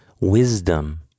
wisdom